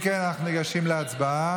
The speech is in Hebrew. אם כן, אנחנו ניגשים להצבעה.